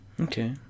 okay